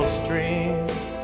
streams